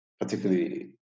particularly